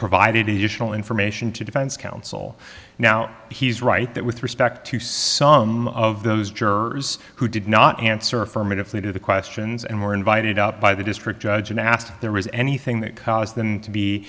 provided useful information to defense counsel now he's right that with respect to some of those jurors who did not answer affirmatively to the questions and were invited out by the district judge and asked there was anything that caused them to be